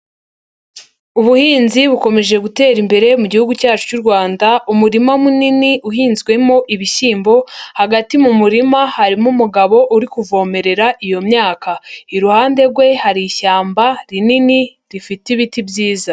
Ubuhinzi bukomeje gutera imbere mu mugi cyacu cy'u Rwanda, umurima munini uhinzwemo ibishyimbo, hagati mu murima harimo umugabo uri kuvomerera iyo myaka, iruhande rwe hari ishyamba rinini rifite ibiti byiza.